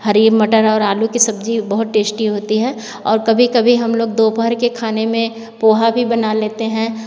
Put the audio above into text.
हरी मटर और आलू की सब्जी बहुत टेस्टी होती है और कभी कभी हम लोग दोपहर के खाने में पोहा भी बना लेते हैं